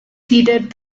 heeded